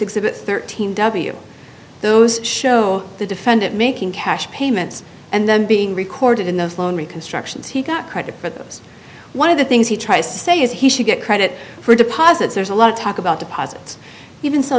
exhibit thirteen w those show the defendant making cash payments and then being recorded in the phone reconstructions he got credit for this one of the things he tries to say is he should get credit for deposits there's a lot of talk about deposits even s